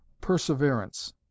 perseverance